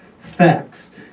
facts